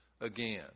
again